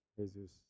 Jesus